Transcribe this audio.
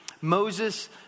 Moses